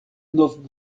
nov